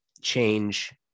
change